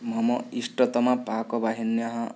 मम इष्टतमपाकवाहिन्यः